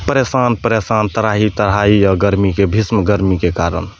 परेशान परेशान त्राहि त्राहि यऽ गरमीके भीष्म गरमीके कारण